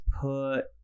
put